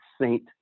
saint